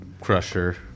Crusher